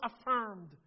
affirmed